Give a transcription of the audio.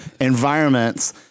environments